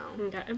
Okay